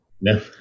No